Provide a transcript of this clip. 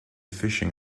fishing